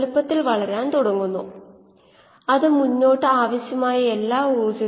നമ്മൾ എന്തിനാണ് ഇവ ചെയ്യുന്നതെന്ന് ഓർക്കുക